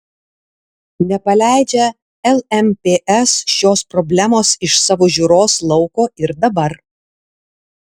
nepaleidžia lmps šios problemos iš savo žiūros lauko ir dabar